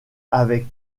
avec